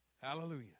Hallelujah